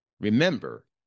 Remember